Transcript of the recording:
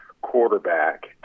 quarterback